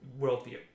worldview